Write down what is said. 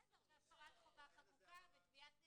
בסדר, זו הפרה של חובה חקוקה ותביעת נזיקין,